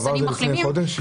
עבר זה לפני חודש?